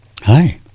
Hi